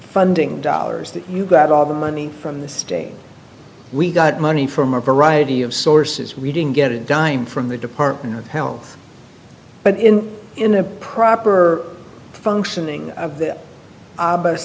funding dollars that you got all the money from the state we got money from a variety of sources reading get a dime from the department of health but in in a proper functioning of the